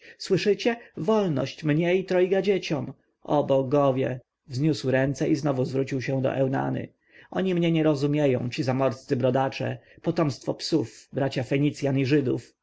słyszycie wolność mnie i trojgu dzieciom o bogowie wzniósł ręce i znowu zwrócił się do eunany oni mnie nie rozumieją ci zamorscy brodacze potomstwo psów bracia fenicjan i żydów